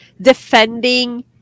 defending